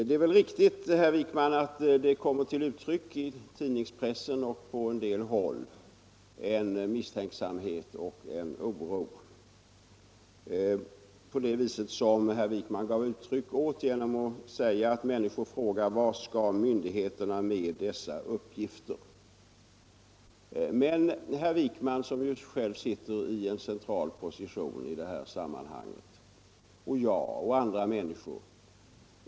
Det är väl riktigt att det i tidningspress och på annat håll uttalas en misstänksamhet och en oro av det slag som herr Wijkman gav uttryck åt genom att säga att människor frågar: Vad skall myndigheterna med dessa uppgifter? Herr Wijkman sitter själv i en central position i det här sammanhanget, liksom jag och andra människor.